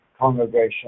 congregation